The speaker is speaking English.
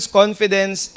confidence